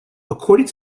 according